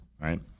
right